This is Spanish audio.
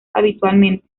habitualmente